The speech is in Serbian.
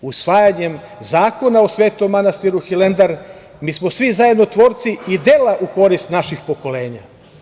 Usvajanjem zakona o Svetom manastiru Hilandar, mi smo svi zajedno tvorci i dela u korist naših pokolenja.